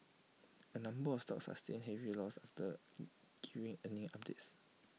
A number of stocks sustain heavy loss after giving earning updates